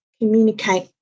communicate